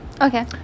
Okay